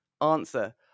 Answer